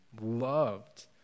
loved